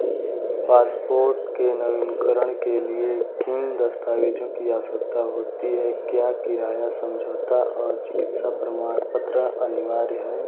passport के नवीनीकरण के लिए किन दस्तावेज़ों की आवश्यकता होती है क्या किराया समझौता और चिकित्सा प्रमाण पत्र अनिवार्य हैं